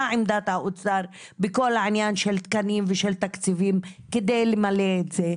מה עמדת האוצר בכל העניין של תקנים ושל תקציבים כדי למלא את זה.